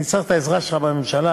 אני צריך את העזרה שלך בממשלה.